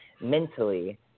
mentally